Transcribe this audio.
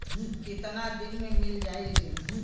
कितना दिन में मील जाई ऋण?